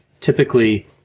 Typically